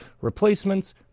replacements